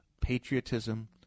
patriotism